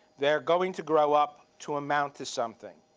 they're going to grow up to amount to something.